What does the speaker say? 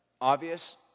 obvious